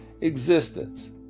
existence